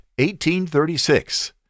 1836